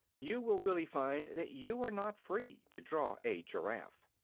you will really find that you are not free to draw a giraffe.